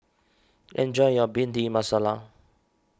enjoy your Bhindi Masala